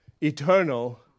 eternal